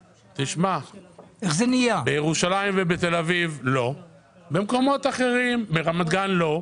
בירושלים, בתל אביב וברמת גן לא.